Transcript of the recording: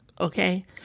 okay